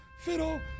fiddle